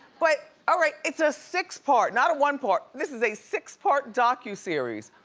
but all right, it's a six-part, not a one-part. this is a six-part docu-series.